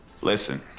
listen